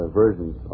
versions